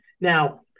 now